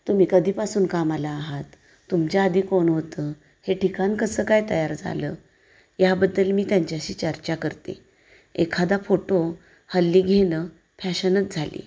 तुम्ही कधीपासून कामाला आहात तुमच्या आधी कोण होतं हे ठिकाण कसं काय तयार झालं याबद्दल मी त्यांच्याशी चर्चा करते एखादा फोटो हल्ली घेणं फॅशनच झाली